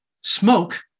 smoke